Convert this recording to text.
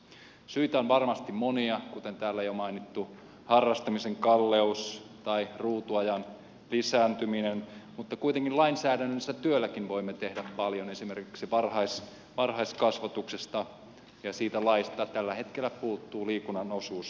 syitä on varmasti monia kuten täällä jo mainittu harrastamisen kalleus tai ruutuajan lisääntyminen mutta kuitenkin lainsäädännöllisellä työlläkin voimme tehdä paljon esimerkiksi varhaiskasvatuksessa ja siitä laista tällä hetkellä puuttuu liikunnan osuus aika lailla